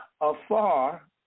afar